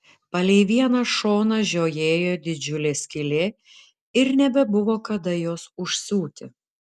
palei vieną šoną žiojėjo didžiulė skylė ir nebebuvo kada jos užsiūti